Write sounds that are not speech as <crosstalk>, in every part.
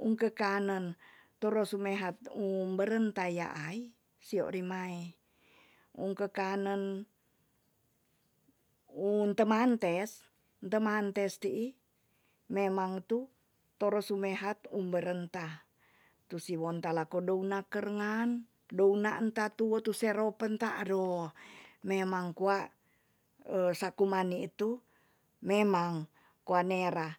Um kekanen toro sumehat um beren ta yaai sio rimae. un kekanen un temantes- temantes ti'i memang tu toro sumehat um beren ta. tu siwon talako douna kerengan douna enta tuwo tu serowo penta ado memang ku <hesitation> sakuman nitu memang kua nera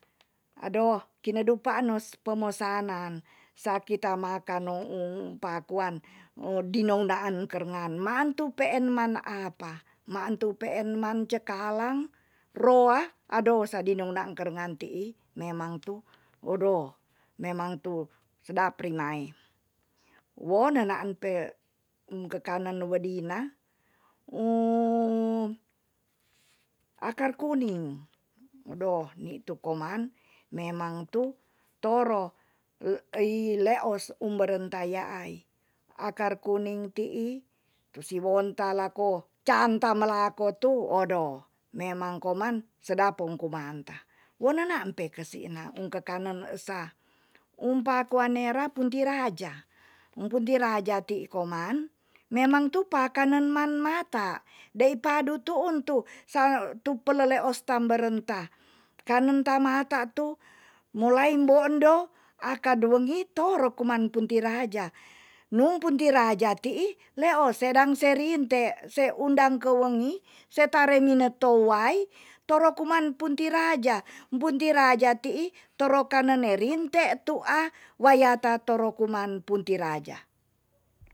ado kinedupaanos pemosanan. sa kita makan no u pakuan u dino daan karengan mantu peen mana apa maan tu peen man cekalang, roa, ado sadino nang karengan ti'i memang tu. odo memang tu sedap rinae. wo nenaan p enkekanen wedina um akar kuning, odo nitu koman memang tu toro <hesitation> ei leos um beren ta yaai. akar kuning ti'i. tu siwon talako can tamalako tu odo memang komang sedap pong kumanta. wo nenaan pe kesina un kekanen esa um pakuan nera punti raja. um punti raja ti koman, memang tu pakenan man mata dei padutuun tu sa tu peleleos tamberenta kanen ta mata tu mulai mbo endo akat wengi toro kuman punti raja. nu punti raja ti'i leos sedang se rinte se undang kewengi setare winatou wai toro kuman punti raja. punti raja ti'i toro kanenan ne rinte tu'a wayat tatoro kuman punti raja